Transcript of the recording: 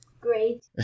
great